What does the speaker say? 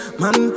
man